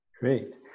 great